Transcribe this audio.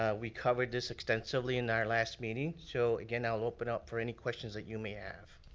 ah we covered this extensively in our last meeting. so, again, i'll open up for any questions that you may have.